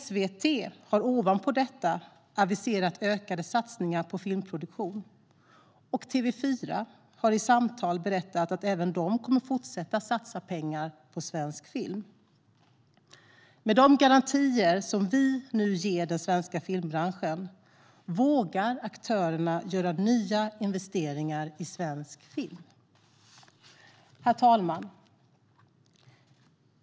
SVT har ovanpå detta aviserat ökade satsningar på filmproduktion, och TV4 har i samtal berättat att även de kommer att fortsätta satsa pengar på svensk film. Med de garantier som vi nu ger den svenska filmbranschen vågar aktörerna göra nya investeringar i svensk film. Herr talman!